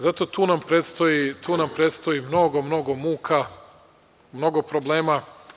Zato, tu nam predstoji mnogo, mnogo muka, mnogo problema.